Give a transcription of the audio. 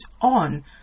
on